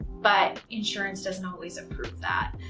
but insurance doesn't always approve that.